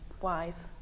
wise